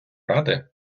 ради